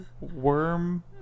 Worm